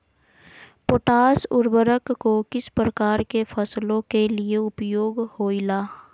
Potash उर्वरक को किस प्रकार के फसलों के लिए उपयोग होईला?